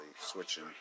switching